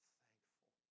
thankful